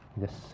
Yes